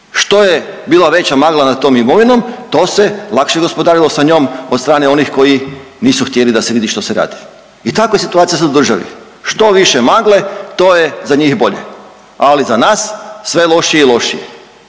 što je bila veća magla nad tom imovinom, to se lakše gospodarilo sa njom od strane onih koji nisu htjeli da se vidi što se radi i takva je situacija sad u državi. Što više magle, to je za njih bolje, ali za nas, sve lošije i lošije